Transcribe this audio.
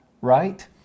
right